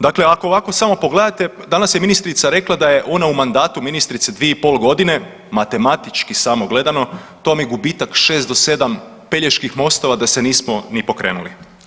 Dakle ako ovako samo pogledate danas je ministrica rekla da je ona u mandatu ministrice 2 i pol godine, matematički samo gledano to vam je gubitak 6 do 7 Peljeških mostova da se nismo ni pokrenuli.